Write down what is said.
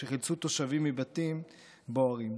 שחילצו תושבים מבתים בוערים.